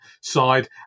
side